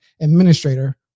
administrator